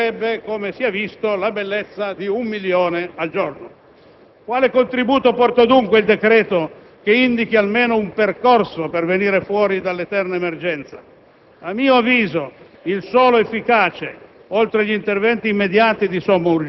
una parte che non viene precisata perché per trasferirli tutti si spenderebbe, come si è visto, la bellezza di un milione al giorno. Quale contributo porta dunque il decreto, che indichi almeno un percorso per venire fuori dall'eterna emergenza?